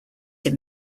him